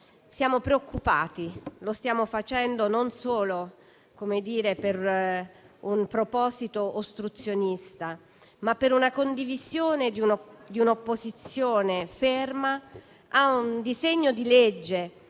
Siamo preoccupati e lo stiamo facendo non solo con un proposito ostruzionista, ma per la condivisione di un'opposizione ferma a un disegno di legge